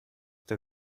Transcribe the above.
der